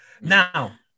Now